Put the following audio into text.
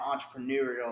entrepreneurial